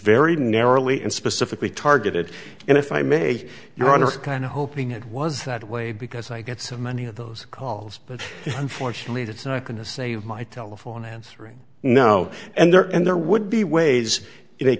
very narrowly and specifically targeted and if i may your honor kind of hoping it was that way because i get so many of those calls but unfortunately that's not going to save my telephone answering no and there and there would be ways